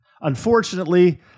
Unfortunately